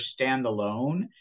standalone